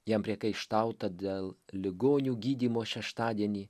jam priekaištauta dėl ligonių gydymo šeštadienį